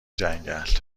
جنگل